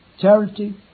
Charity